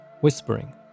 whispering